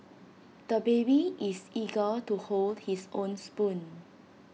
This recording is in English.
the baby is eager to hold his own spoon